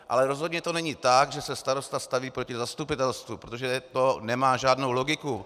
Ale rozhodně to není tak, že se starosta staví proti zastupitelstvu, protože to nemá žádnou logiku.